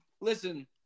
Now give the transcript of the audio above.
listen